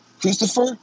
Christopher